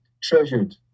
treasured